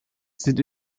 sind